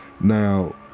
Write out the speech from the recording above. now